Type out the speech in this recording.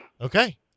Okay